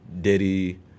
diddy